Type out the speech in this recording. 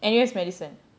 N_U_S medicine